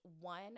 one